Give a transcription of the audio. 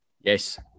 Yes